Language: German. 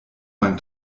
mein